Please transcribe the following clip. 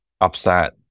upset